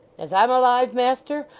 as i'm alive, master,